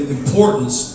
importance